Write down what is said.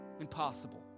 Impossible